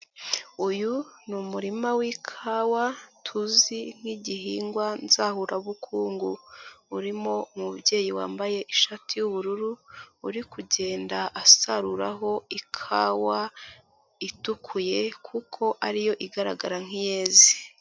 Uyu ni umurima w'ikawa tuzi nk'igihingwa nzahurabukungu, urimo umubyeyi wambaye ishati y'ubururu uri kugenda asaruraho ikawa itukuye kuko ari yo igaragara nk'iyeze.